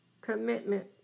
commitment